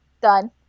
Done